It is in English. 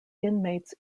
inmates